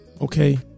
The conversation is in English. okay